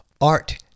art